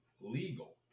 legal